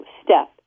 step